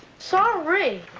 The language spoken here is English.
sorry.